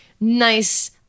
nice